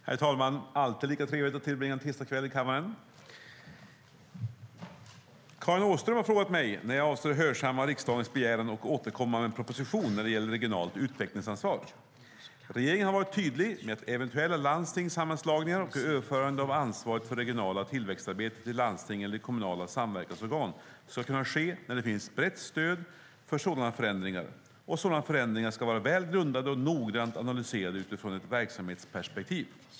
Herr talman! Karin Åström har frågat mig när jag avser att hörsamma riksdagens begäran och återkomma med en proposition när det gäller regionalt utvecklingsansvar. Regeringen har varit tydlig med att eventuella landstingssammanslagningar och överförande av ansvaret för det regionala tillväxtarbetet till landsting eller kommunala samverkansorgan ska kunna ske när det finns brett stöd för sådana förändringar. Sådana förändringar ska vara väl grundade och noggrant analyserade utifrån ett verksamhetsperspektiv.